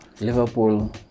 Liverpool